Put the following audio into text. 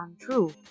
untrue